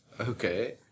Okay